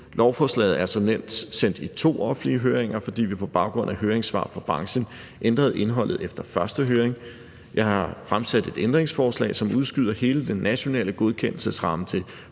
Lovforslaget er som nævnt sendt i to offentlige høringer, fordi vi på baggrund af høringssvar fra branchen ændrede indholdet efter første høring. Jeg har fremsat et ændringsforslag, som udskyder hele den nationale godkendelsesramme til